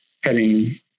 heading